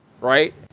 Right